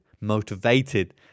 motivated